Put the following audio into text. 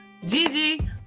Gigi